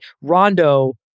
Rondo